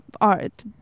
art